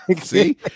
See